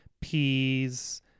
peas